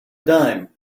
dime